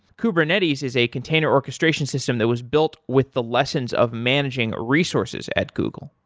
kubernetes is a container orchestration system that was built with the lessons of managing resources at google.